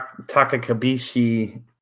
Takakabishi